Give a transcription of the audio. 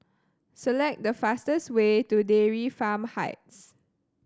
select the fastest way to Dairy Farm Heights